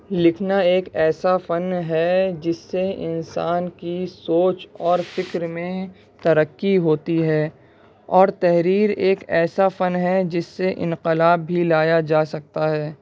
لکھنا ایک ایسا فن ہے جس سے انسان کی سوچ اور فکر میں ترقی ہوتی ہے اور تحریر ایک ایسا فن ہے جس سے انقلاب بھی لایا جا سکتا ہے